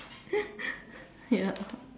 ya